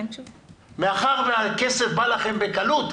מאחר והכסף בא לכם בקלות,